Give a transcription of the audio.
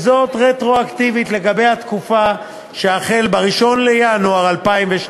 רטרואקטיבית לגבי התקופה שהחלה ב-1 בינואר 2012,